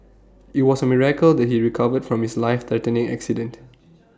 IT was A miracle that he recovered from his life threatening accident